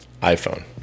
iPhone